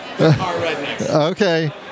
Okay